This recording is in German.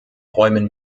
räumen